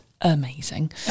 amazing